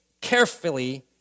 carefully